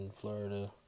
Florida